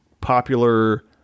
popular